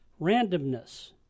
randomness